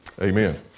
Amen